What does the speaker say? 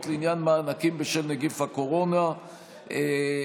לעניין מענקים בשל נגיף הקורונה (תיקוני חקיקה),